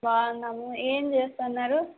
బావున్నాను ఏం చేస్తున్నారు